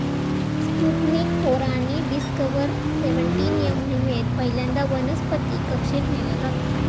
Sputnik four आणि Discoverer seventeen या मोहिमेत पहिल्यांदा वनस्पतीक कक्षेत नेला जाता